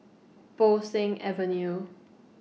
Bo Seng Avenue